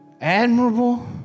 admirable